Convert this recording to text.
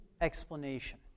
explanation